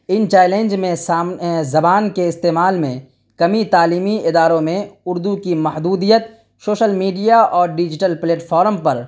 ان challenge میں زبان کے استعمال میں کمی تعلیمی اداروں میں اردو کی محدودیت شوشل میڈیا اور ڈیجیٹل پلیٹفارم پر